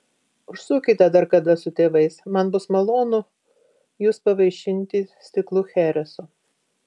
užsukite dar kada su tėvais man bus malonu jus pavaišinti stiklu chereso